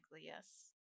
yes